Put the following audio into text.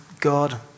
God